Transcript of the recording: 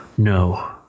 No